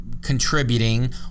contributing